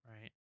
right